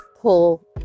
pull